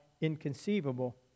inconceivable